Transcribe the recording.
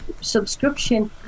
subscription